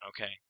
Okay